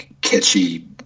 catchy